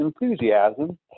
enthusiasm